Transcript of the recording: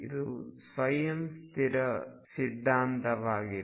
ಇದು ಸ್ವಯಂ ಸ್ಥಿರ ವಾದ ಸಿದ್ಧಾಂತ ಆಗಿದೆ